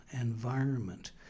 environment